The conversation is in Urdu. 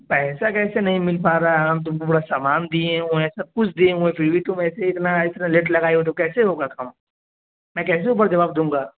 پیسہ کیسے نہیں مل پا رہا ہے ہم تم کو پورا سامان دیے ہوئے ہیں سب کچھ دیے ہوئے ہیں پھر بھی تم ایسے اتنا اتنا لیٹ لگائے ہو تو کیسے ہوگا کام میں کیسے اوپر جواب دوں گا